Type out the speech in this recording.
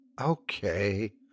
Okay